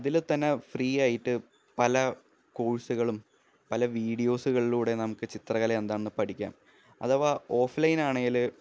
അതിൽ തന്നെ ഫ്രീയായിട്ട് പല കോഴ്സുകളും പല വീഡിയോസുകളിലൂടെ നമുക്ക് ചിത്ര കല എന്താണെന്നു പഠിക്കാം അഥവാ ഓഫ് ലൈന് ആണേൽ